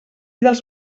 dels